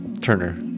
Turner